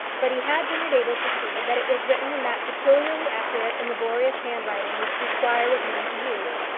but he had been enabled to see that it was written in that peculiarly accurate and laborious handwriting which the squire was known to use,